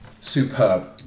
superb